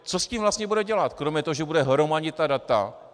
Co s tím vlastně bude dělat kromě toho, že bude hromadit ta data?